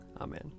Amen